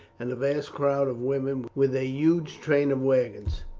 and a vast crowd of women, with a huge train of wagons.